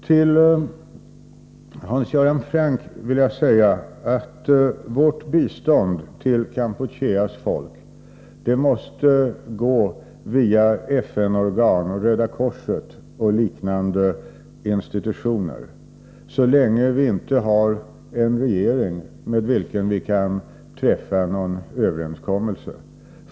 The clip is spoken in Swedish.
Till Hans Göran Franck vill jag säga att vårt bistånd till Kampucheas folk måste gå via FN-organ, Röda korset och liknande institutioner så länge det inte finns en regering med vilken vi kan träffa en överenskommelse.